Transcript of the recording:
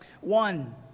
One